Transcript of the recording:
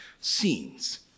scenes